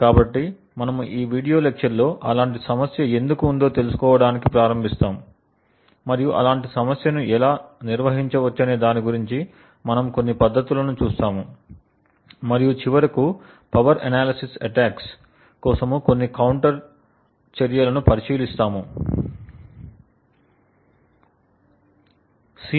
కాబట్టి మనము ఈ వీడియో లెక్చర్లో అలాంటి సమస్య ఎందుకు ఉందో తెలుకోవడానికి ప్రారంభిస్తాము మరియు అలాంటి సమస్యను ఎలా నిర్వహించవచ్చనే దాని గురించి మనము కొన్ని పద్ధతులను చూస్తాము మరియు చివరకు పవర్ అనాలిసిస్ అటాక్స్ కోసం కొన్ని కౌంటర్ చర్యలను పరిశీలిస్తాము